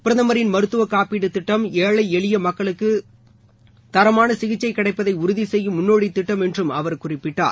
பிரதமரின் மருத்துவ காப்பீடு திட்டம் ஏழை எளிய மக்களுக்கு தரமான சிகிச்சை கிடைப்பதை உறுதி செய்யும் முன்னோடி திட்டம் என்றும் அவர் குறிப்பிட்டார்